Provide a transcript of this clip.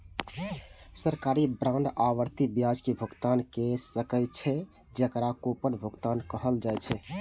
सरकारी बांड आवर्ती ब्याज के भुगतान कैर सकै छै, जेकरा कूपन भुगतान कहल जाइ छै